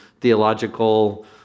theological